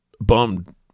bummed